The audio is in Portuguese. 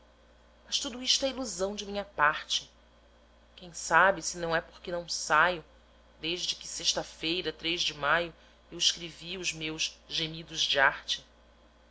mas tudo isto é ilusão de minha parte quem sabe se não é porque não saio desde que a feira de maio eu escrevi os meus gemidos de arte